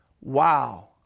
wow